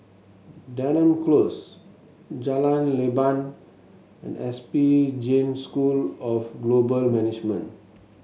Denham Close Jalan Leban and S B Jain School of Global Management